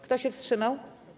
Kto się wstrzymał?